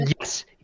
Yes